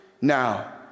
now